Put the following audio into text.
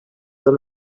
pas